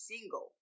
single